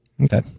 Okay